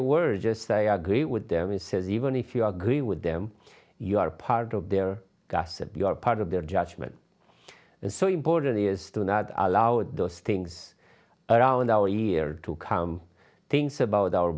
a word just say i agree with them he says even if you agree with them you are part of their gas and you are part of their judgement and so important is to not allow those things around our year to come things about our